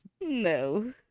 No